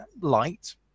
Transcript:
light